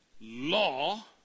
law